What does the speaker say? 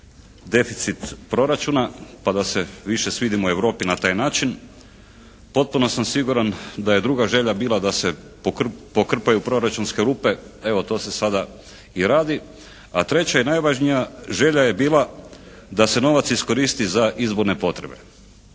deficit proračuna pa da se više svidimo Europi na taj način. Potpuno sam siguran da je druga želja bila da se pokrpaju proračunske rupe, evo to se sada i radi. A treća i najvažnija želja je bila da se novac iskoristi za izvorne potrebe